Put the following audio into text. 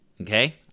Okay